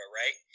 right